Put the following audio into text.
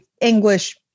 english